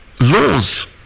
laws